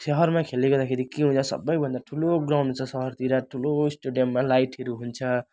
सहरमा खेल्यो गर्दाखेरि के हुन्छ सबैभन्दा ठुलो ग्राउन्ड छ सहरतिर ठुलो स्टेडियममा लाइटहरू हुन्छ